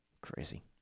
Crazy